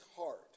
heart